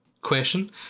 question